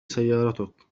سيارتك